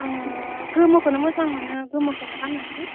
आङो गोमोखौनो मोजां मोनो गोमोखौनो गाननोसै